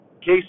Case